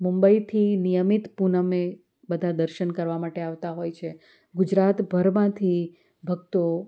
મુંબઈથી નિયમિત પૂનમે બધાં દર્શન કરવા માટે આવતા હોય છે ગુજરાતભરમાંથી ભક્તો